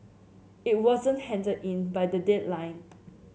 it wasn't handed in by the deadline